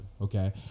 okay